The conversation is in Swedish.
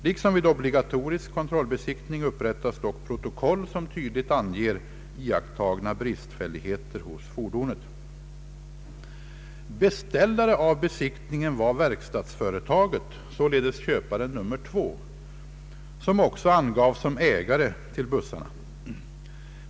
Liksom vid obligatorisk kontrollbesiktning upprättas dock protokoll som tydligt anger iakttagna bristfälligheter hos fordonet. stadsföretaget — således köpare nr 2 — som också angavs som ägare till bussarna.